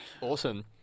awesome